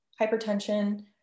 hypertension